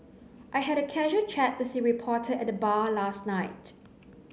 I had a casual chat with a reporter at the bar last night